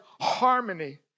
harmony